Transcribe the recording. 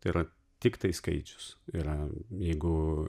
tai yra tiktai skaičius yra jeigu